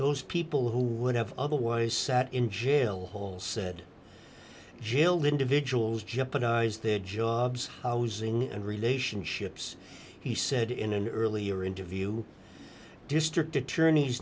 those people who would have otherwise sat in jail holes said jailed individuals jeopardize their jobs housing and relationships he said in an earlier interview district attorney